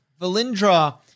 Valindra